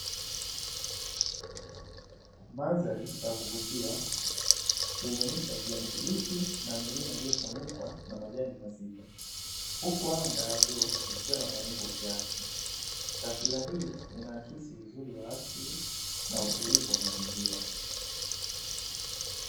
Madhari ya kuvutia yenye miti ya kijani kibichi na milima iliyofunikwa na majani mazito huku anga la bluu likiwa na mawingu kiasi ,taswira hii inaakisi uzuri wa asili na utulivu wa mazingira.